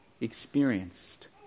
experienced